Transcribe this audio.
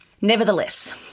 Nevertheless